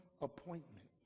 appointment